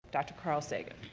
dr. carl sagan